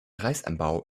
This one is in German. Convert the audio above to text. reisanbau